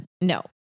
No